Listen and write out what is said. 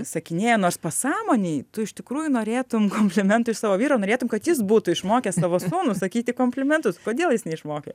įsakinėja nors pasąmonėj tu iš tikrųjų norėtum komplimentų iš savo vyro norėtum kad jis būtų išmokęs savo sūnų sakyti komplimentus kodėl jis neišmokė